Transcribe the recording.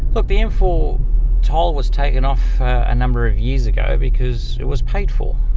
but the m four toll was taken off a number of years ago because it was paid for,